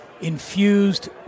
infused